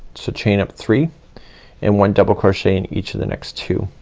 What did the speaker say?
so chain up three and one double crochet in each of the next two.